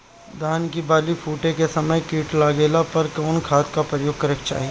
धान के बाली फूटे के समय कीट लागला पर कउन खाद क प्रयोग करे के चाही?